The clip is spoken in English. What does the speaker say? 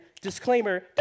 disclaimer